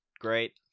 great